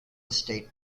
estate